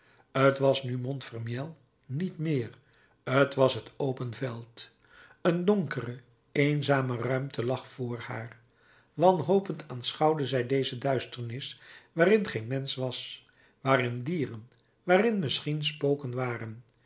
t was nu montfermeil niet meer t was het open veld een donkere eenzame ruimte lag voor haar wanhopend aanschouwde zij deze duisternis waarin geen mensch was waarin dieren waarin misschien spoken waren